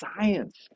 science